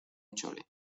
chole